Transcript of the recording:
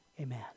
amen